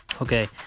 okay